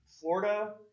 Florida